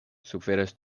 suferas